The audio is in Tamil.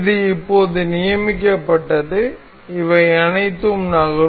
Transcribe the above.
இது இப்போது நியமிக்கப்பட்டது இவை அனைத்தும் நகரும்